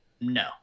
No